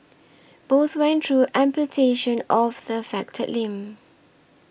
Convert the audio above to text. both went through amputation of the affected limb